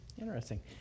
Interesting